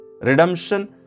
Redemption